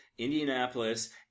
Indianapolis